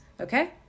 okay